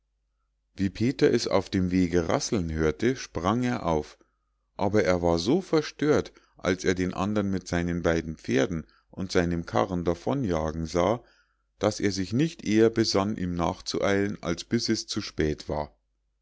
wie peter es auf dem wege rasseln hörte sprang er auf aber er war so verstört als er den andern mit seinen beiden pferden und seinem karren davon jagen sah daß er sich nicht eher besann ihm nachzueilen als bis es zu spät war